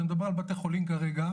אני מדבר על בתי חולים כרגע.